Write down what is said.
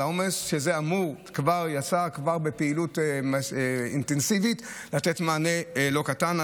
זה כבר יצא בפעילות אינטנסיבית וזה אמור לתת מענה לא קטן.